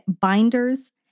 binders